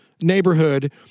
neighborhood